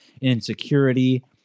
insecurity